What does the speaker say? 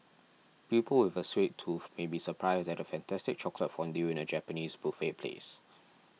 people with a sweet tooth may be surprised at a fantastic chocolate fondue in a Japanese buffet place